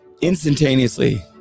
instantaneously